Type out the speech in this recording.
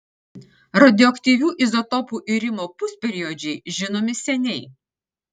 radioaktyvių izotopų irimo pusperiodžiai žinomi seniai